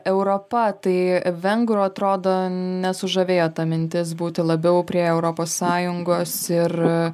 europa tai vengrų atrodo nesužavėjo ta mintis būti labiau prie europos sąjungos ir